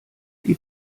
die